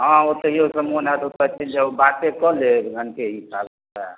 हँ ओतहियोसँ मन होयत ओतऽ चलि जाउ बाते कऽ लेब घण्टे हिसाबसँ